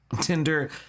Tinder